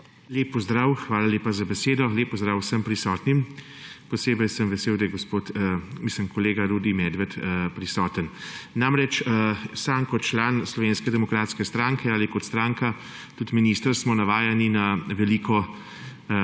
Lep pozdrav. Hvala lepa za besedo. Lep pozdrav vsem prisotnim! Posebej sem vesel, da je kolega Rudi Medved prisoten. Sam kot član Slovenske demokratske stranke ali kot stranka, tudi minister, smo navajeni na veliko